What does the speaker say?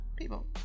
People